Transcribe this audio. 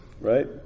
right